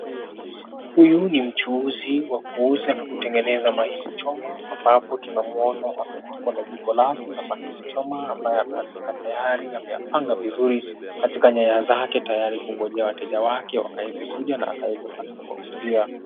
Huyu ni mchuuzi wa kuuza na kutengeneza mahindi choma ambapo tunamuona ako na jiko lake na mahindi choma ambayo ameyapika tayari, ameyapanga vizuri katika nyaya zake tayari kungojea wateja wake wakaweze kuja na akaweze kupata kuwauzia.